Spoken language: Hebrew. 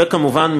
וכמובן,